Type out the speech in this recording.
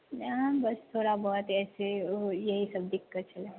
नहि बस थोड़ा बहुत अइसे यही सब दिक्कत छलै